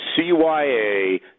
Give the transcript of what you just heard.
CYA